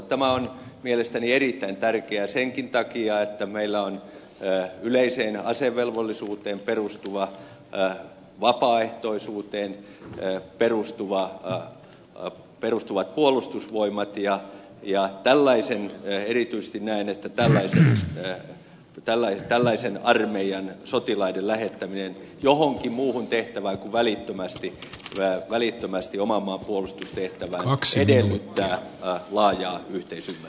tämä on mielestäni erittäin tärkeää senkin takia että meillä on yleiseen asevelvollisuuteen perustuvat vapaaehtoisuuteen perustuvat puolustusvoimat ja erityisesti näen että tällaisen armeijan sotilaiden lähettäminen johonkin muuhun tehtävään kuin välittömästi oman maan puolustustehtävään edellyttää laajaa yhteisymmärrystä